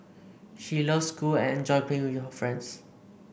she loves school and enjoys playing with her friends